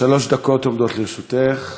שלוש דקות עומדות לרשותך,